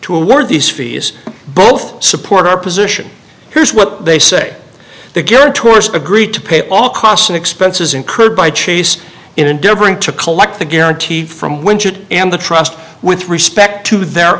award these fees both support our position here's what they say the guarantors agreed to pay all costs and expenses incurred by chase endeavoring to collect the guarantee from winter and the trust with respect to their